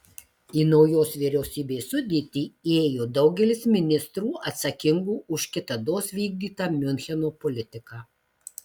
į naujos vyriausybės sudėtį įėjo daugelis ministrų atsakingų už kitados vykdytą miuncheno politiką